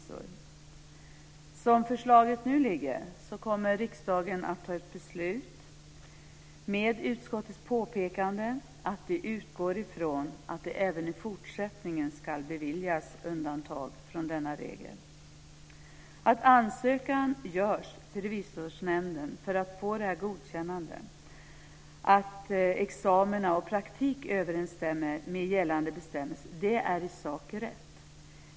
Som förslaget nu ser ut kommer riksdagen att fatta ett beslut med utskottets påpekande att det utgår ifrån att det även i fortsättningen ska beviljas undantag från denna regel. Att ansökan ska göras till Revisorsnämnden för att få detta godkännande och att examina och praktik ska överensstämma med gällande bestämmelser är rätt i sak.